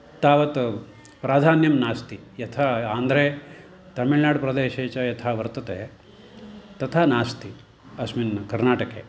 तावत् प्राधान्यं नास्ति यथा आन्ध्रे तमिळ्नाडुप्रदेशे च यथा वर्तते तथा नास्ति अस्मिन् कर्नाटके